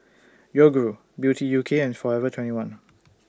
Yoguru Beauty U K and Forever twenty one